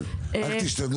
ראשית,